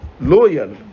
loyal